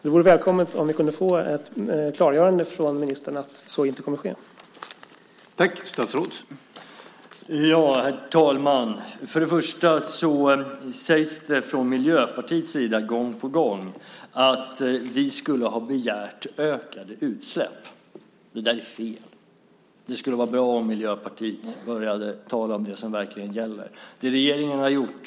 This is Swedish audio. Det vore välkommet om vi kunde få ett klarläggande från ministern om att så inte kommer att ske.